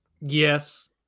Yes